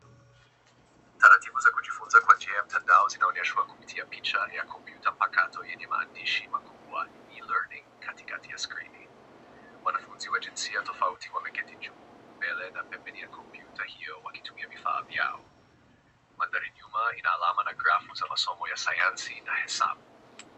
Taratibu za kujifunza kwa njia ya mtandao zinaonyeshwa kupitia picha ya kompyuta mpakato yenye maandishi makubwa e-learning katikati ya skrini. Wanafunzi wa jinsia tofauti juu, mbele na pembeni ya kompyuta hio wakitumia vifaa vyao. Mandhari nyuma ina alama na grafu za somo ya Sayansi na Hesabu.